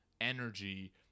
energy